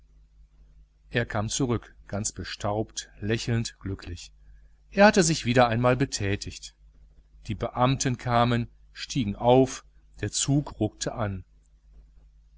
er kam zurück ganz bestaubt lächelnd glücklich er hatte sich wieder einmal betätigt die beamten kamen stiegen auf der zug ruckte an